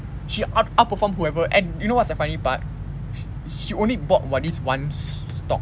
she out~ outperformed whoever and you know what's the funny part she only bought what this one stock